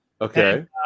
Okay